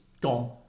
gone